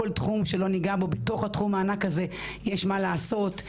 בכל תחום שלא ניגע בו בתוך התחום הענק הזה יש מה לעשות.